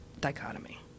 dichotomy